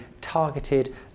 targeted